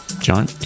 John